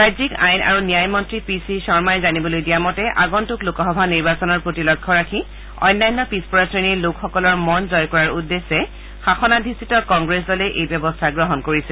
ৰাজ্যিক আইন আৰু ন্যায় মন্ত্ৰী পি চি শৰ্মাই জানিবলৈ দিয়া মতে আগন্তক লোকসভা নিৰ্বাচনৰ প্ৰতি লক্ষ্য ৰাখি অন্যান্য পিছপৰা শ্ৰেণীৰ লোকসকলৰ মন জয় কৰাৰ উদ্দেশ্যে শাসনাধিষ্ঠিত কংগ্ৰেছ দলে এই ব্যৱস্থা গ্ৰহণ কৰিছে